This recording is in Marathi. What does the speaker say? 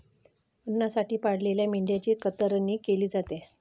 अन्नासाठी पाळलेल्या मेंढ्यांची कतरणी केली जाते